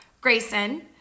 grayson